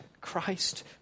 Christ